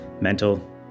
mental